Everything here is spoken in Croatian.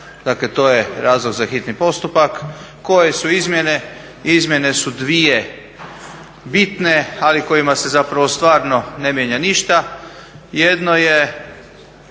dakle to je razlog za hitni postupka. Koje su izmjene? Izmjene su dvije bitne, ali kojima se zapravo stvarno ne mijenja ništa. Jedno je,